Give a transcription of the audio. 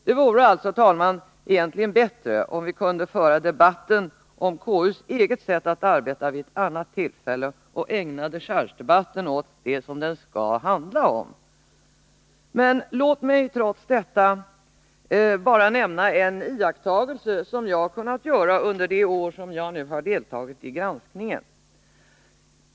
Det vore, herr talman, egentligen bättre om vi kunde föra debatten om KU:s eget sätt att arbeta vid ett annat tillfälle och ägna dechargedebatten åt det som den skall handla om. Men låt mig trots detta bara nämna en iakttagelse som jag har kunnat göra under det år jag nu deltagit i granskningen.